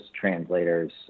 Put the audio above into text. translators